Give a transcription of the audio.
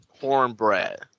cornbread